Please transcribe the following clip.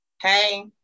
Hey